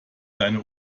dein